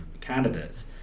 candidates